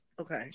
Okay